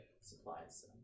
supplies